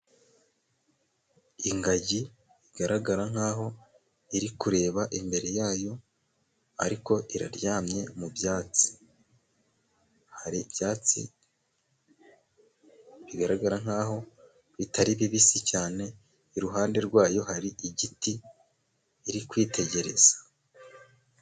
Ingagi igaragara nkaho iri kureba imbere yayo ariko iraryamye mu byatsi .Hari ibyatsi bigaragara nkaho bitari bibisi cyane, iruhande rwayo hari igiti irikwitegereza.